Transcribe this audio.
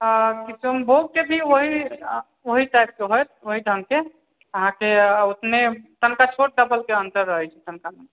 आ किसनभोग के भी ओहि अऽ ओहि टाइप के होयत ओहि ढङ्ग के अहाँकेॅं ओतने तनिका छोट टा के अन्तर रहै छै हल्का मल्का